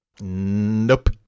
Nope